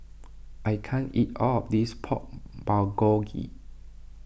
I can't eat all of this Pork Bulgogi